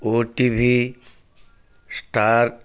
O T V star